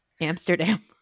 Amsterdam